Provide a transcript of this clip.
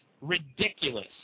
ridiculous